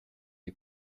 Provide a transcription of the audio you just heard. you